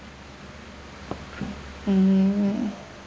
hmm